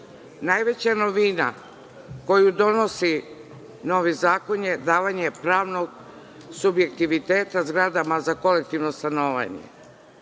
praksi. Najveća novina koju donosi novi zakon je davanje pravnog subjektiviteta zgradama za kolektivno stanovanje.